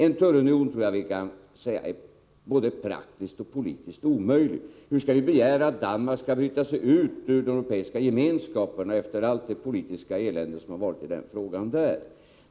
Jag tror dock att en tullunion både praktiskt och politiskt är en omöjlighet. Hur skall vi kunna begära att Danmark skall bryta sig ut ur den europeiska gemenskapen — med tanke på allt det politiska elände som varit i det avseendet.